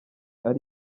ari